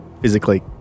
Physically